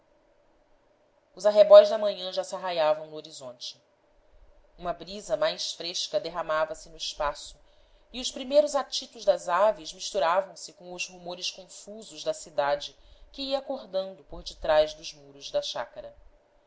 os arrebóis da manhã já se arraiavam no horizonte uma brisa mais fresca derramava-se no espaço e os primeiros atitos das aves misturavam-se com os rumores confusos da cidade que ia acordando por detrás dos muros da chácara